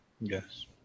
yes